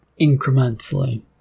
incrementally